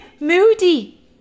Moody